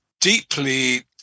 deeply